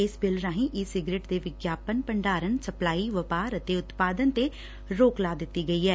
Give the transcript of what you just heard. ਇਸ ਬਿੱਲ ਰਾਹੀ e cigarette ਦੇ ਵਿਗਿਆਪਨ ਭੰਡਾਰਨ ਸਪਲਾਈ ਵਪਾਰ ਅਤੇ ਉਤਪਾਦਨ ਤੇ ਰੋਕ ਲਾ ਦਿੱਤੀ ਗਈ ਐ